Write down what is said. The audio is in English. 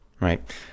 Right